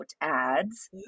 ads